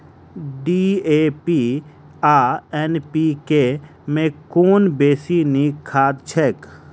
DAP आ NPK मे कुन बेसी नीक खाद छैक?